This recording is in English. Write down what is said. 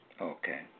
Okay